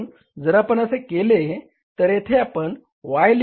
म्हणून जर आपण असे केले तर येथे आपण Y